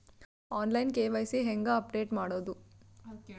On line KYC ಹೇಂಗ update ಮಾಡೋದು?